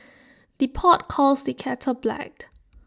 the pot calls the kettle blacked